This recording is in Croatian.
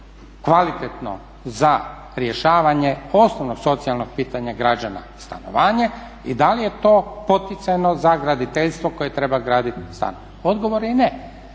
kvalitetno za rješavanje osnovnog socijalnog pitanja građana stanovanje i da li je to poticajno za graditeljstvo koje treba graditi stanove? Odgovor je ne.